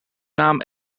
naam